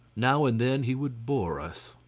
now and then he would bore us.